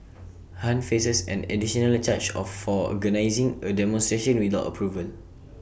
han faces an additionally charge of for organising A demonstration without approval